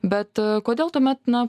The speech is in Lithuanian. bet kodėl tuomet na